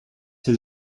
his